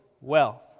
wealth